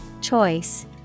Choice